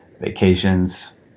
vacations